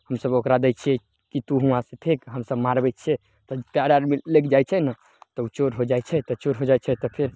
हमसभ ओकरा दै छियै तु हुआँसँ फेक हमसभ मारबय छियै तऽ पयर आरमे लग जाइ छै ने तब चोर हो जाइ छै तऽ चोर हो जाइ छै तऽ फेर